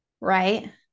right